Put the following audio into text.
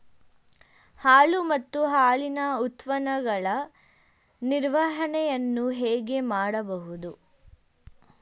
ಹಾಲು ಮತ್ತು ಹಾಲಿನ ಉತ್ಪನ್ನಗಳ ನಿರ್ವಹಣೆಯನ್ನು ಹೇಗೆ ಮಾಡಬಹುದು?